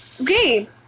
Okay